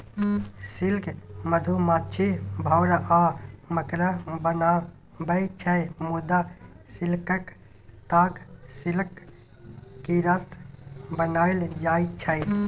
silk मधुमाछी, भौरा आ मकड़ा बनाबै छै मुदा सिल्कक ताग सिल्क कीरासँ बनाएल जाइ छै